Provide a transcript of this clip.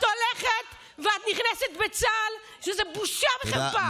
את הולכת ואת נכנסת בצה"ל, שזה בושה וחרפה.